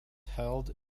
held